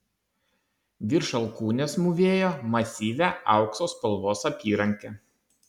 virš alkūnės mūvėjo masyvią aukso spalvos apyrankę